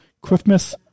Christmas